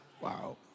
Wow